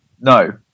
No